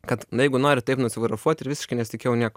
kad jeigu nori taip nusifotografuot ir visiškai nesitikėjau niek